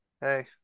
Hey